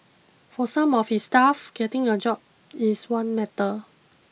for some of his staff getting a job is one matter